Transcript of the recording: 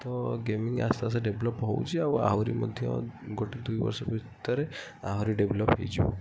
ତ ଗେମିଙ୍ଗ୍ ଆସ୍ତେ ଆସ୍ତେ ଡେଭେଲୋପ୍ ହେଉଛି ଓ ଆହୁରି ମଧ୍ୟ ଗୋଟିଏ ଦୁଇ ବର୍ଷ ଭିତରେ ଆହୁରି ଡେଭେଲୋପ୍ ହୋଇଯିବ